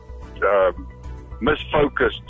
misfocused